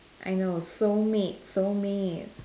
I know soulmate soulmate